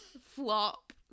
Flop